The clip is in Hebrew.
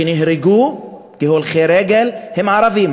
שנהרגו כהולכי רגל הם ערבים.